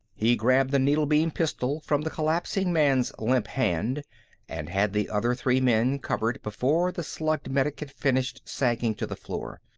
he grabbed the needle-beam pistol from the collapsing man's limp hand and had the other three men covered before the slugged medic had finished sagging to the floor.